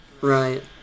right